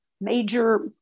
major